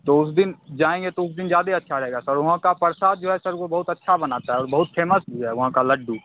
तो उस दिन जाएँगे तो उस दिन ज्यादे अच्छा रहेगा सर वहाँ का प्रसाद जो है सर वो बहुत अच्छा बनाता है और बहुत फेमस भी है वहाँ का लड्डू